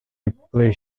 replay